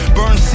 burn